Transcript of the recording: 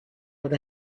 with